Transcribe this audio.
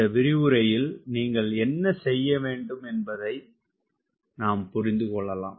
இந்த விரிவுரையில் நீங்கள் என்ன செய்ய வேண்டும் என்பதைப் புரிந்து கொள்ளலாம்